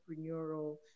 entrepreneurial